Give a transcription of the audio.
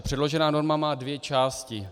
Předložená norma má dvě části.